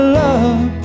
love